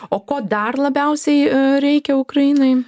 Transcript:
o ko dar labiausiai reikia ukrainai